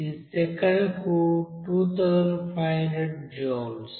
ఇది సెకనుకు 2500 జూల్స్